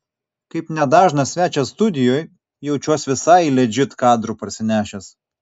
kaip nedažnas svečias studijoj jaučiuos visai ledžit kadrų parsinešęs